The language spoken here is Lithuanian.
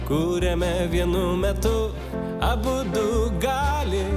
kuriame vienu metu abudu gali